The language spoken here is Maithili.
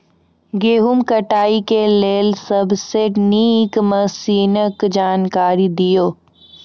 गेहूँ कटाई के लेल सबसे नीक मसीनऽक जानकारी दियो?